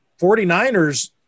49ers